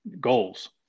goals